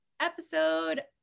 episode